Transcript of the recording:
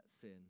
sin